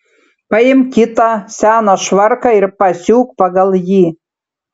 paimk kitą seną švarką ir pasiūk pagal jį